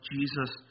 Jesus